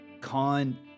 Khan